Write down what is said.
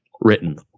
written